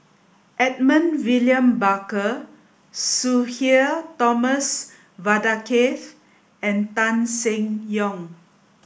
Edmund William Barker Sudhir Thomas Vadaketh and Tan Seng Yong